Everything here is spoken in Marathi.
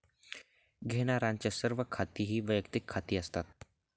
घेण्यारांचे सर्व खाती ही वैयक्तिक खाती असतात